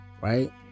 right